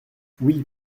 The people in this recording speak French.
oui